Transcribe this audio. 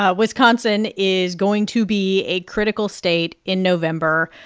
ah wisconsin is going to be a critical state in november.